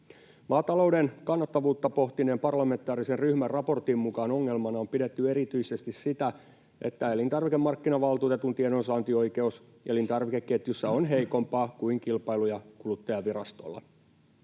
Maatalouden kannattavuutta pohtineen parlamentaarisen ryhmän raportin mukaan ongelmana on pidetty erityisesti sitä, että elintarvikemarkkinavaltuutetun tiedonsaantioikeus elintarvikeketjussa on heikompaa kuin Kilpailu- ja kuluttajavirastolla.